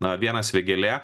na vienas vėgėlė